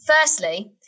firstly